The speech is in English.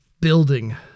building